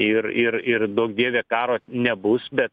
ir ir ir duok dieve karo nebus bet